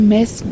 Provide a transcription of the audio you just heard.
Miss